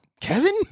Kevin